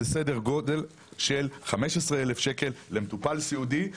זה סדר גודל של 15,000 שקל למטופל סיעודי,